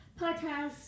podcast